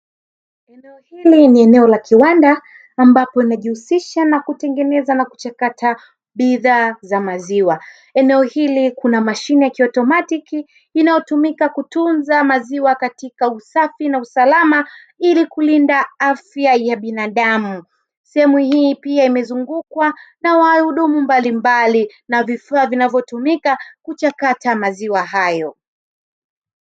Eneo hili ni eneo la kiwanda, ambapo linajihusisha na kutengeneza na kuchakata bidhaa za maziwa. Eneo hili kuna mashine ya kiautomatiki; inayotumika kutunza maziwa katika usafi na usalama ili kulinda afya ya binadamu. Sehemu hii pia imezungukwa na wahudumu mbalimbali na vifaa vinavyotumika kuchakata maziwa hayo.